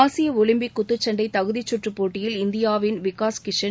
ஆசிய ஒலிம்பிக் குத்துச்சன்டை தகுதி குற்றுப் போட்டியில் இந்தியாவின் விகாஷ் கிஷன்